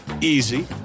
Easy